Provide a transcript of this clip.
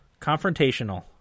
Confrontational